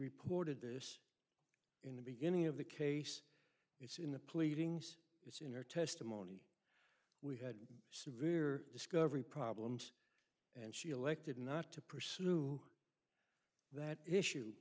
reported this in the beginning of the case it's in the pleadings it's in her testimony we had severe discovery problems and she elected not to pursue that issue